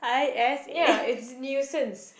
ya it's a nuisance